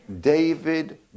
David